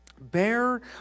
Bear